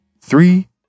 Three